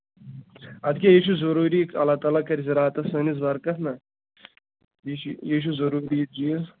اَدٕ کیٛاہ یہِ چھُ ضٔروٗری اللہ تعالیٰ کَرِ زِراتَس سٲنِس بَرکَت نہ یہِ چھُ یہِ چھُ ضٔروٗری چیٖز